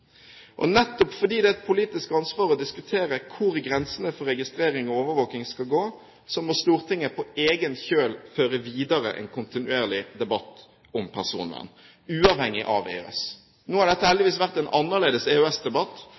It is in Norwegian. foreslått. Nettopp fordi det er et politisk ansvar å diskutere hvor grensene for registrering og overvåking skal gå, må Stortinget på egen kjøl føre videre en kontinuerlig debatt om personvern, uavhengig av EØS. Nå har dette heldigvis vært en annerledes